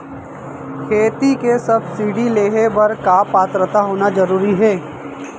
खेती के सब्सिडी लेहे बर का पात्रता होना जरूरी हे?